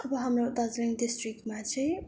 अब हाम्रो दार्जिलिङ डिस्ट्रिक्टमा चाहिँ